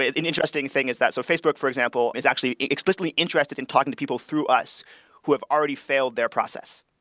an interesting thing is that so facebook, for example, is actually explicitly interested in talking to people through us who have already failed their process.